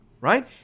right